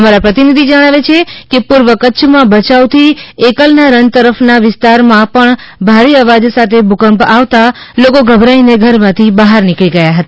અમારા પ્રતિનિધિ જણાવે છે કે પૂર્વ કચ્છ માં ભયાઉ થી એકલ ના રન તરફ ના વિસ્તાર માં પણ ભારે અવાજ સાથે ભૂકંપ આવતા લોકો ગભરાઈ ને ઘર માથી બહાર નીકળી ગયા હતા